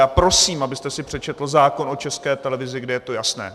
A já prosím, abyste si přečetl zákon o České televizi, kde je to jasné.